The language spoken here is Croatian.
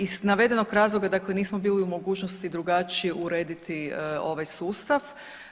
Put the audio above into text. Iz navedenog razloga dakle nismo bili u mogućnosti drugačije urediti ovaj sustav.